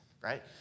right